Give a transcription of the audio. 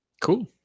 Cool